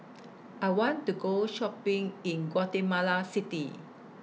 I want to Go Shopping in Guatemala City